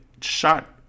shot